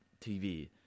TV